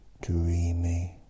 dreamy